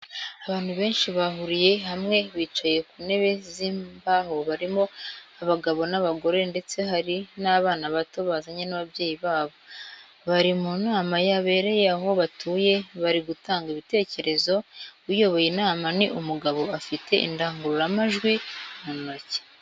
Abantu benshi bahuriye hamwe bicaye ku ntebe z'imbaho barimo abagabo n'abagore ndetse hari n'abana bato bazanye n'ababyeyi babo bari mu nama yabereye aho batuye bari gutanga ibitekerzo, uyoboye inama ni umugabo afite indangururamajwi mu ntoki.